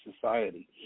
society